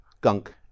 gunk